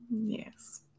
Yes